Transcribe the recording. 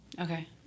Okay